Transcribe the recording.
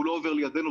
הוא לא עובר לידינו.